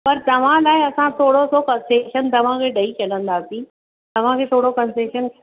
पर तव्हां लाइ असां थोरोसो कनसेशन तव्हांखे ॾेई छॾंदासीं तव्हांखे थोरो कनसेशन